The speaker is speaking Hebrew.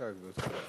ישי.